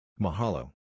Mahalo